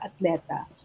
atleta